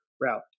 route